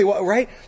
Right